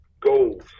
goals